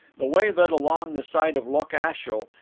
the way led along the side of loch ashiel,